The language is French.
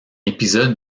épisode